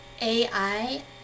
AI